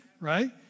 right